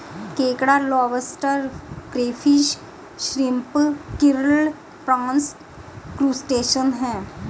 केकड़ा lobster crayfish shrimp krill prawns crustacean है